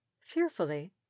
fearfully